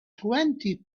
twenty